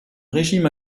régime